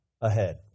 ahead